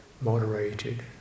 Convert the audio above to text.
moderated